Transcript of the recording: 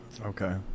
Okay